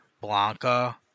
Blanca